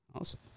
Awesome